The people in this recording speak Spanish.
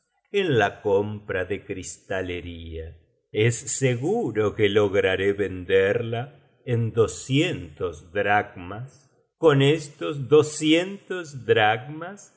en la compra de cristalería es seguro que lograré venderla en doscientos dracmas con estos doscientos dracmas